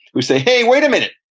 who say, hey, wait a minute,